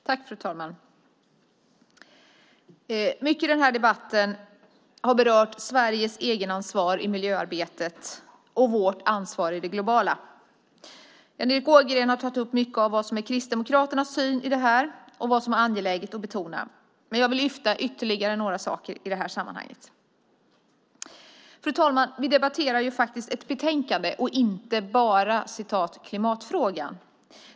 Fru ålderspresident! Mycket i den här debatten har berört Sveriges egenansvar i miljöarbetet och vårt ansvar i det globala. Jan Erik Ågren har tagit upp mycket av det som är Kristdemokraternas syn i det här och vad som är angeläget att betona. Men jag vill lyfta fram ytterligare några saker i det här sammanhanget. Fru ålderspresident! Vi debatterar faktiskt ett betänkande och inte "bara" klimatfrågan.